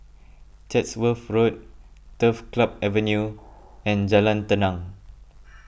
Chatsworth Road Turf Club Avenue and Jalan Tenang